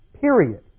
period